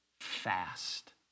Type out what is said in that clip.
fast